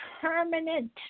permanent